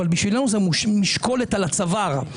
אבל בשבילנו זה משקולת על הצוואר.